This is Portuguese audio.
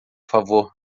favor